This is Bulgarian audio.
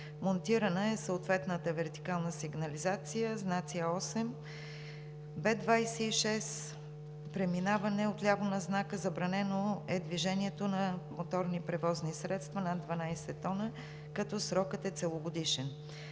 Монтирана е съответната вертикална сигнализация – знаци 8, B 26, преминаване отляво на знака, забранено е движението на моторни превозни средства над 12 т, като срокът е целогодишен.